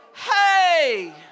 Hey